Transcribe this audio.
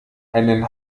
einen